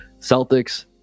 Celtics